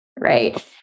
right